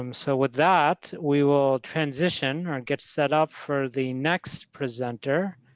um so with that, we will transition or get set up for the next presenter,